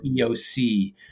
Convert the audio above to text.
EOC